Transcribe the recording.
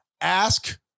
ask